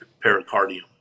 pericardium